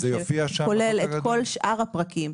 שכולל את כל שאר הפרקים,